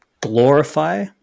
glorify